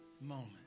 moment